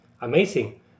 Amazing